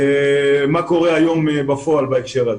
מה קורה היום בפועל בהקשר הזה.